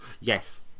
Yes